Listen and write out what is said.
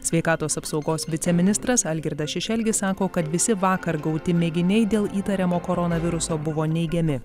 sveikatos apsaugos viceministras algirdas šešelgis sako kad visi vakar gauti mėginiai dėl įtariamo koronaviruso buvo neigiami